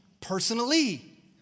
personally